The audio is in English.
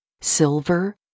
silver